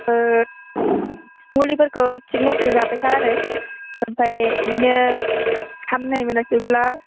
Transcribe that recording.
ओ मुलिफोरखौ थिखमथै जाबाय था आरो ओमफाय इदिनो हामनाय मोनाखैब्ला